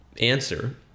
answer